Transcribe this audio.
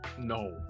No